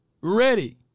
ready